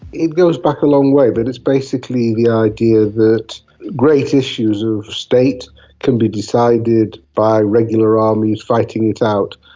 it goes back a long way. but it's basically the idea that great issues of state can be decided by regular armies fighting it out,